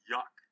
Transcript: Yuck